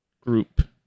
group